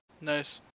Nice